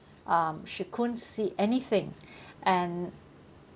um she couldn't see anything and